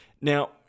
Now